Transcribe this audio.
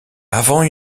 avant